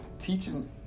teaching